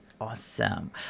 Awesome